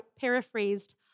paraphrased